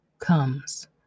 comes